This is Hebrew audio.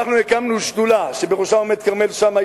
אנחנו הקמנו שדולה שבראשה עומדים כרמל שאמה,